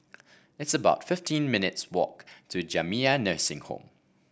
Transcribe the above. it's about fifteen minutes' walk to Jamiyah Nursing Home